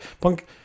Punk